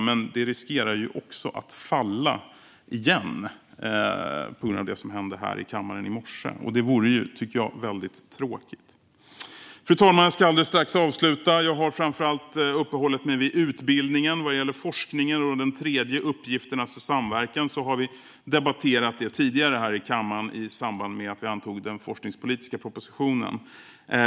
Men det riskerar också att falla igen på grund av det som hände här i kammaren i morse. Det vore väldigt tråkigt, tycker jag. Fru talman! Jag ska alldeles strax avsluta. Jag har framför allt uppehållit mig vid utbildningen. Vad gäller forskningen och den tredje uppgiften, alltså samverkan, har vi debatterat detta tidigare här i kammaren i samband med att vi antog den forskningspolitiska propositionen.